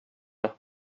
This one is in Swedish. det